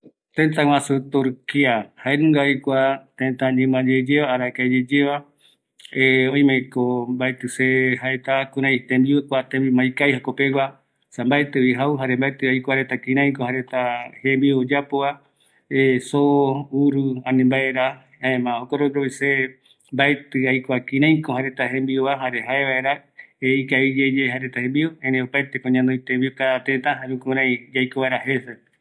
﻿Tetaguasu turkia, jaenungavi kua teta ñima yeye, arakae yeyeva oime ko mbaeti se jaeta kurei tembiu kuapeñova ikavi jekopegua esano mbaetivi jau jare mabeti aikua kiraiko jaereta jembiu oyapo zo, uru, ani mabera jaema jokoropi se mbaeti kireiko jaereta jembiuva jare jae mbaera ikaviyeye jaereta jembiu, erei opaeteko ñanoi tembiu cada teta jare jukurei yaiko vaera.